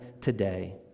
today